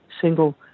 single